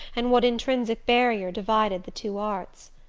and what intrinsic barrier divided the two arts.